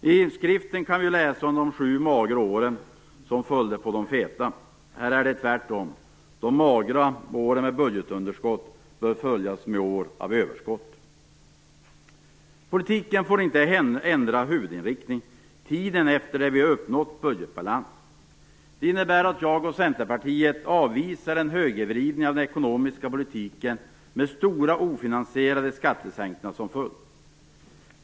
I skriften kan vi läsa om de sju magra år som följde på de feta. Här är det tvärtom. De magra åren med budgetunderskott bör följas med år av överskott. Politiken får inte ändra huvudinriktning tiden efter det att vi uppnått budgetbalans. Det innebär att jag och Centerpartiet avvisar en högervridning av den ekonomiska politiken med stora ofinansierade skattesänkningar som följd.